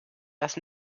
dass